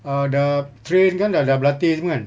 err dah train kan da~ dah berlatih semua kan